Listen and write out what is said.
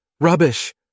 Rubbish